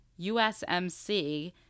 USMC